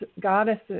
goddesses